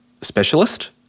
specialist